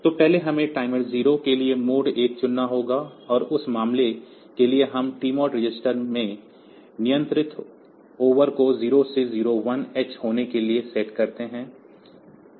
तो पहले हमें टाइमर 0 के लिए मोड 1 चुनना होगा और उस मामले के लिए हम टीमोड रजिस्टर में नियंत्रित ओवर को 0 से 01h होने के लिए सेट करते हैं